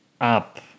up